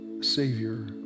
savior